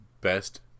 best